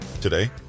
Today